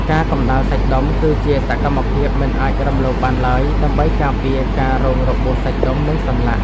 ការកម្តៅសាច់ដុំ គឺជាសកម្មភាពមិនអាចរំលងបានឡើយ ដើម្បីការពារការរងរបួសសាច់ដុំ និងសន្លាក់។